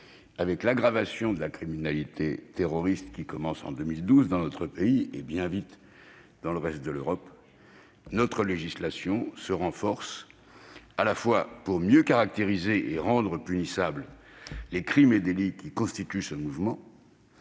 Avec l'aggravation de la criminalité terroriste, qui commence en 2012 dans notre pays et, bien vite, dans le reste de l'Europe, notre législation se renforce à la fois pour mieux caractériser et rendre punissables les crimes et délits qui constituent ce mouvement